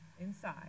inside